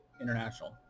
International